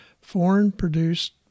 foreign-produced